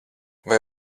vai